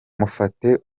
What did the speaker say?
mufate